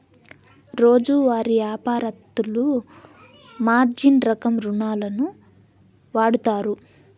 రోజువారీ యాపారత్తులు మార్జిన్ రకం రుణాలును వాడుతారు